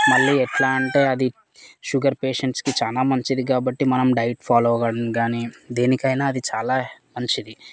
మళ్ళీ ఎట్లా అంటే అది షుగర్ పేషెంట్స్కి చాలా మంచిది కాబట్టి మనం డైట్ ఫాలో అవ్వగానే దేనికైనా అది చాలా మంచిది